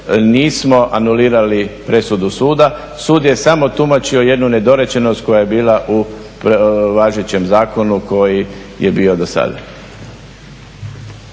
nismo anulirali presudu suda, sud je samo tumačio jednu nedorečenost koja je bila u važećem zakonu koji je bio do sada.